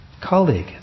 colleague